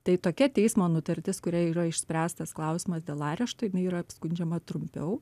tai tokia teismo nutartis kuria yra išspręstas klausimas dėl arešto jinai yra apskundžiama trumpiau